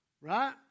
Right